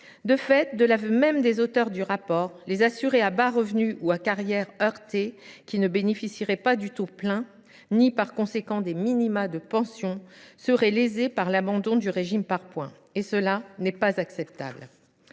De fait, de l’aveu même des auteurs du rapport, les assurés à bas revenus ou à carrière heurtée qui ne bénéficieraient pas du taux plein ni, par conséquent, des minima de pension seraient lésés par l’abandon du régime par points. Ce n’est pas acceptable,